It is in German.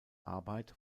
arbeit